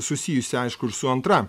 susijusi aišku ir su antra